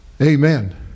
Amen